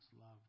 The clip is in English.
love